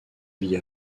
vie